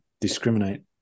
discriminate